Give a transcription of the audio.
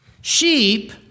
Sheep